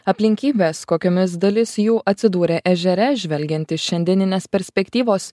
aplinkybės kokiomis dalis jų atsidūrė ežere žvelgiant iš šiandieninės perspektyvos